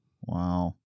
Wow